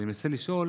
ואני מנסה לשאול